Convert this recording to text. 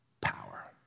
power